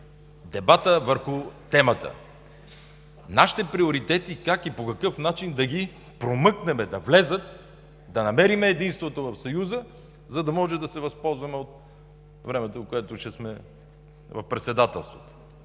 дебата върху темата. Нашите приоритети – как и по какъв начин да ги промъкнем да влязат, да намерим единственото в Съюза, за да може да се възползваме от времето, в което ще сме в председателството.